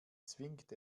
zwingt